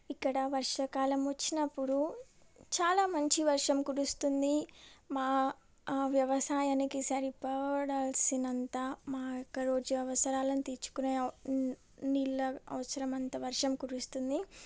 ఇక్కడ వర్షాకాలం వచ్చినప్పుడు చాలా మంచి వర్షం కురుస్తుంది మా వ్యవసాయానికి సరిపడాల్సినంత మా యొక్క రోజు అవసరాలను తీర్చుకునే నీళ్ల అవసరమంత వర్షం కురుస్తుంది